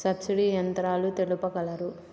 Subsidy యంత్రాలు తెలుపగలరు?